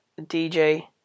dj